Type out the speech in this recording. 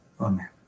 amen